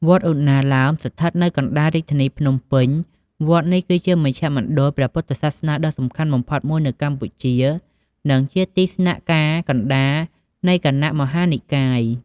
វត្តឧណ្ណាលោម ស្ថិតនៅកណ្តាលរាជធានីភ្នំពេញ វត្តនេះគឺជាមជ្ឈមណ្ឌលព្រះពុទ្ធសាសនាដ៏សំខាន់បំផុតមួយនៅកម្ពុជា និងជាទីស្នាក់ការកណ្តាលនៃគណៈមហានិកាយ។